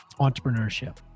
entrepreneurship